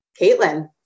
Caitlin